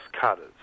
cutters